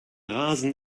rasen